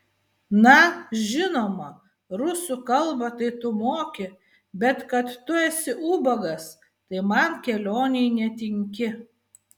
na žinoma rusų kalbą tai tu moki bet kad tu esi ubagas tai man kelionei netinki